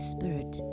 Spirit